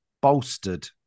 bolstered